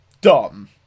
dumb